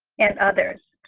and others.